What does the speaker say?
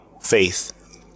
faith